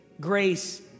grace